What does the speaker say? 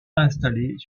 installées